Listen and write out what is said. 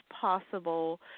possible